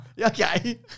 Okay